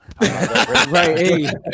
right